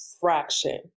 fraction